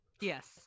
Yes